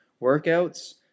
Workouts